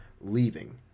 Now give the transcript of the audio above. leaving